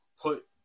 put